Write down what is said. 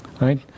right